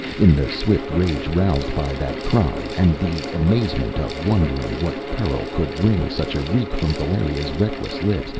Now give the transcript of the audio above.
in the swift rage roused by that cry, and the amazement of wondering what peril could wring such a shriek from valeria's reckless lips,